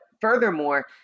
furthermore